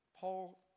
Paul